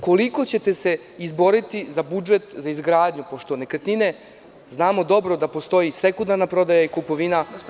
Koliko ćete se izboriti za budžet za izgradnju, pošto nekretnine, znamo dobro da postoji sekundarna prodaja i kupovina.